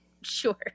Sure